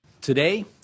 Today